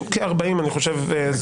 כ-40 אני חושב.